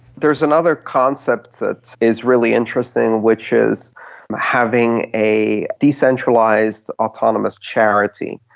there is another concept that is really interesting which is having a decentralised autonomous charity,